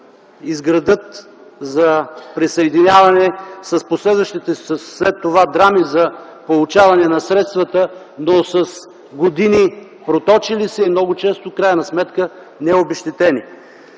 изградят за присъединяване, с последващите след това драми за получаване на средствата, но с години проточили се и много често в крайна сметка необезщетени.